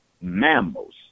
mammals